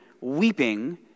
weeping